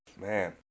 Man